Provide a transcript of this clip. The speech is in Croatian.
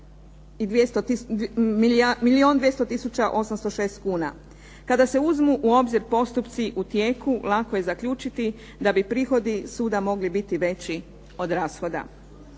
806 kuna. Kada se uzmu u obzir postupci u tijeku lako je zaključiti da bi prihodi suda mogli biti veći od rashoda.